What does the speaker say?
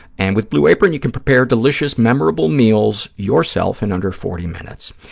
and with blue apron, you can prepare delicious, memorable meals yourself in under forty minutes.